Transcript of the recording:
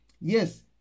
Yes